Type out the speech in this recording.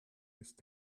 ist